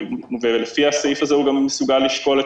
לפי הסעיף הזה הוא גם מסוגל לשקול את